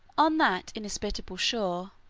on that inhospitable shore,